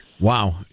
Wow